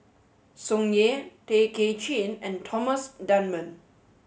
Tsung Yeh Tay Kay Chin and Thomas Dunman